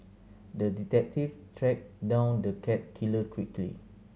the detective tracked down the cat killer quickly